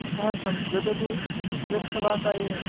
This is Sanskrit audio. अतः संस्कृतं तु श्रेष्ठभासा एव